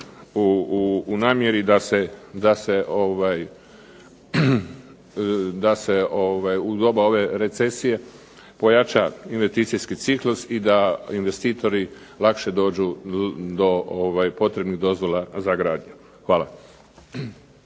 u namjeri da se u doba ove recesije pojača investicijski ciklus i da investitori lakše dođu do potrebnih dozvola za gradnju. Hvala.